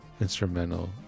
instrumental